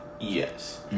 yes